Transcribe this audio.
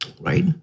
right